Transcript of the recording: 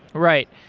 right.